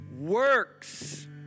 works